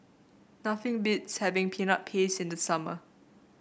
nothing beats having Peanut Paste in the summer